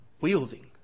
wielding